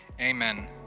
Amen